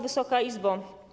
Wysoka Izbo!